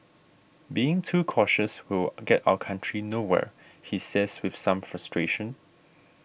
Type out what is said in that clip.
being too cautious will get our country nowhere he says with some frustration